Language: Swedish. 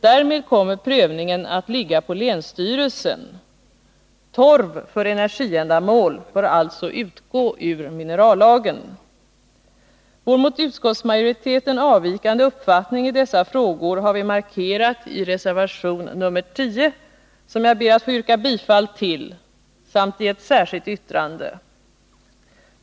Därmed kommer prövningen att ligga på länsstyrelsen. Torv för energiändamål bör alltså utgå ur minerallagen. Vår avvikande uppfattning i dessa frågor har vi markerat i reservation nr 10, som jag ber att få yrka bifall till, samt i ett särskilt yttrande.